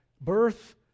birth